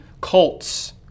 cults